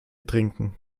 trinken